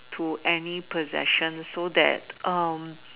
to any possession so that um